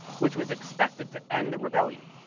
which was expected to end the rebellion.